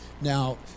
Now